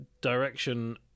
direction